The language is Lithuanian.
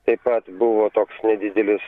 taip pat buvo toks nedidelis